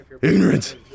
Ignorance